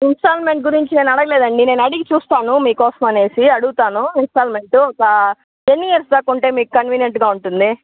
instalment గురించి నేనడగలేదండి నేనడిగి చూస్తాను మీకోసమనేసి అడుగుతాను ఇన్స్టాల్మెంటు ఒక ఎన్ని ఇయర్స్ దాకా ఉంటే మీకు కన్వీనియంట్గా ఉంటుంది